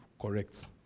correct